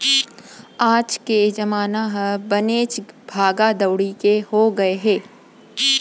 आज के जमाना ह बनेच भागा दउड़ी के हो गए हे